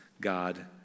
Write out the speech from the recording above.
God